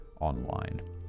online